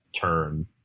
turn